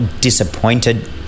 disappointed